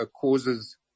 causes